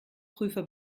prüfer